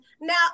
Now